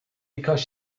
because